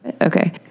Okay